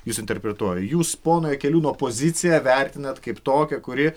jus interpretuoju jūs pono jakeliūno poziciją vertinate kaip tokią kuri